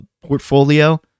portfolio